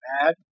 bad